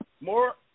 more